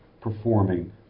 performing